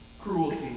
Cruelty